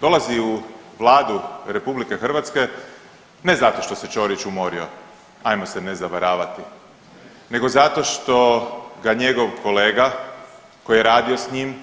dolazi u Vladu RH ne zato što se Ćorić umorio, hajmo se ne zavaravati nego zato što ga njegov kolega koji je radio s njim,